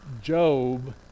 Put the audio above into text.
Job